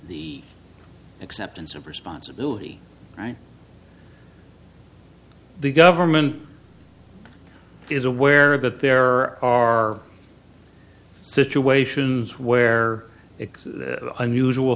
the acceptance of responsibility and the government is aware that there are situations where x is unusual